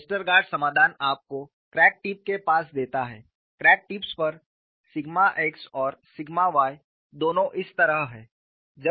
Westergaard समाधान आपको crack tip के पास देता है क्रैक टिप्स पर सिग्मा xऔर सिग्मा y दोनों इस तरह हैं